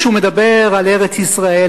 כשהוא מדבר על ארץ-ישראל,